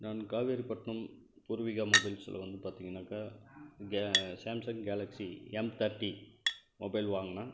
நான் காவேரிப்பட்னம் பூர்விகா மொபைல்ஸில் வந்து பார்த்திங்கனாக்கா கே Samsung Galaxy M thirty mobile வாங்கினேன்